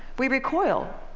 we recoil.